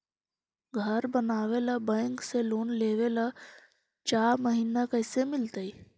घर बनावे ल बैंक से लोन लेवे ल चाह महिना कैसे मिलतई?